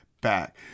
back